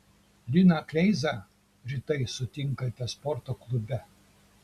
liną kleizą rytais sutinkate sporto klube